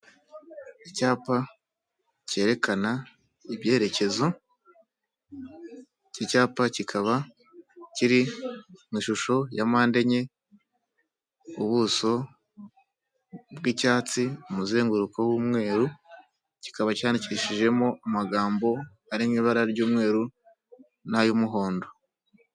Icyapa cyerekana ibyerekezo, iki cyapa kikaba kiri mu ishusho ya mpande enye, ubuso bw'icyatsi umuzenguruko w'umweru kikaba cyandikishijemo amagambo ari mu ibara ry'umweru n'ay'umuhondo.